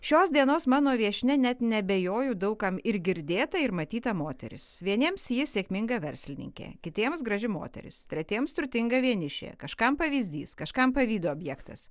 šios dienos mano viešnia net neabejoju daug kam ir girdėta ir matyta moteris vieniems ji sėkminga verslininkė kitiems graži moteris tretiems turtinga vienišė kažkam pavyzdys kažkam pavydo objektas